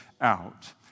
out